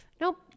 nope